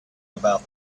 about